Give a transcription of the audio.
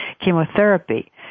chemotherapy